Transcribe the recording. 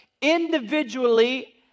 individually